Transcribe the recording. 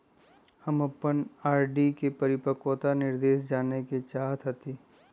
हम अपन आर.डी के परिपक्वता निर्देश जाने के चाहईत हती